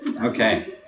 Okay